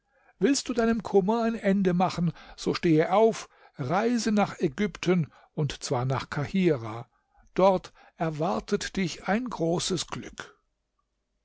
willst du deinem kummer ein ende machen so stehe auf reise nach ägypten und zwar nach kahirah dort erwartet dich ein großes glück